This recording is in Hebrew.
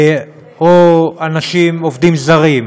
או עובדים זרים,